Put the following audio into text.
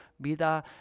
vida